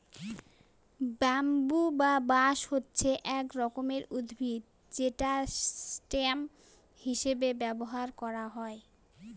bamboo বা বাঁশ হচ্ছে এক রকমের উদ্ভিদ যেটা স্টেম হিসেবে ব্যবহার করা হয়